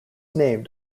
named